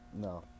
No